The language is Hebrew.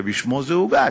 שבשמו זה הוגש,